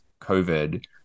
COVID